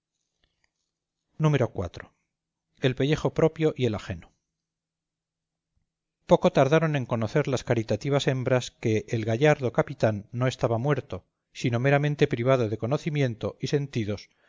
historia iv el pellejo propio y el ajeno poco tardaron en conocer las caritativas hembras que el gallardo capitán no estaba muerto sino meramente privado de conocimiento y sentidos